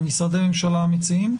משרדי הממשלה המציעים?